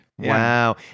Wow